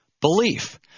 belief